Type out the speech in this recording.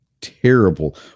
terrible